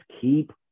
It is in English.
keep